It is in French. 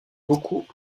beaucoup